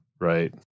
right